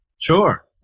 Sure